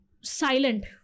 silent